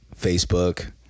Facebook